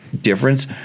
difference